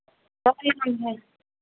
क्या नाम है